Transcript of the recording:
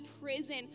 prison